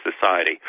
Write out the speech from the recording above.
society